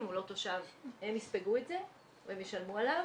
אם הוא לא תושב הם יספגו את זה או הם ישלמו עליו